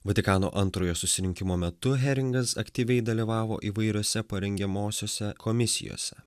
vatikano antrojo susirinkimo metu heringas aktyviai dalyvavo įvairiose parengiamosiose komisijose